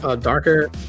darker